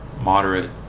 moderate